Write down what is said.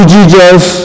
Jesus